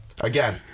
again